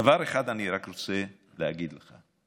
דבר אחד אני רק רוצה להגיד לך,